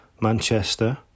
Manchester